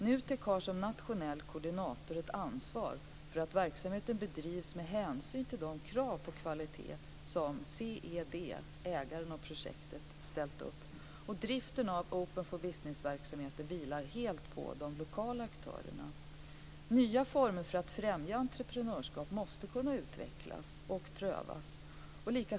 NUTEK har som nationell koordinator ett ansvar för att verksamheten bedrivs med hänsyn till de krav på kvalitet som CEED, ägaren av projektet, ställt upp. Driften av OFB-verksamheten vilar helt på de lokala aktörerna. Nya former för att främja entreprenörskap måste kunna utvecklas och prövas.